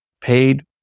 paid